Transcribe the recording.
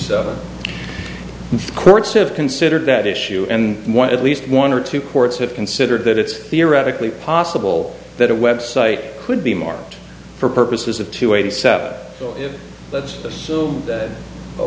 ways courts have considered that issue and one at least one or two courts have considered that it's theoretically possible that a website could be more for purposes of two eighty seven so let's assume that a